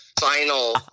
final